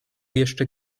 jeszcze